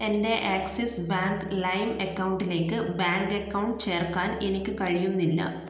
എൻ്റെ Axis Bank ലൈം അക്കൗണ്ടിലേക്ക് ബാങ്ക് അക്കൗണ്ട് ചേർക്കാൻ എനിക്ക് കഴിയുന്നില്ല